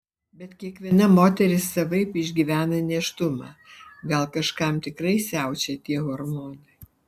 bet kiekviena moteris savaip išgyvena nėštumą gal kažkam tikrai siaučia tie hormonai